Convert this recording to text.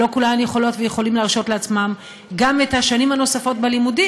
ולא כולן יכולות ויכולים להרשות לעצמם גם את השנים הנוספות בלימודים?